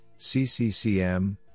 CCCM